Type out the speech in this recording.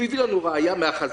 הוא הביא לנו ראייה מהחזון-איש,